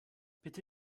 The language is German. bitte